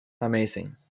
Amazing